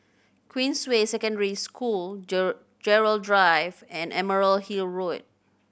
Queensway Secondary School Gerald Drive and Emerald Hill Road